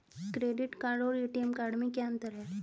Credit card और ATM card में क्या अंतर है?